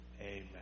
Amen